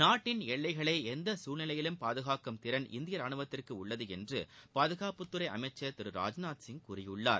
நாட்டின் எல்லைகளை எந்த சூழ்நிலையிலும் பாதுகாக்கும் திறன் இந்திய ரானுவத்துக்கு உள்ளது என்று பாதுகாப்புத்துறை அமைச்சர் திரு ராஜ்நாத் சிங் கூறியுள்ளார்